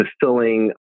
fulfilling